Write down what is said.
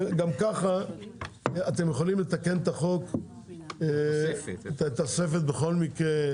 גם ככה אתם יכולים לתקן את התוספת בכל מקרה.